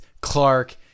Clark